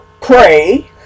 pray